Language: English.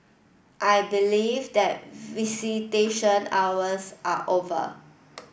I believe that visitation hours are over